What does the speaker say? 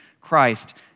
Christ